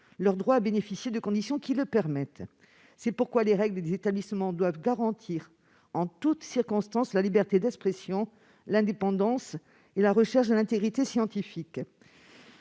leur droit à bénéficier de conditions qui le permettent. Ainsi, les règles des établissements doivent garantir, en toute circonstance, la liberté d'expression, l'indépendance et la recherche de l'intégrité scientifique.